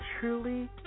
truly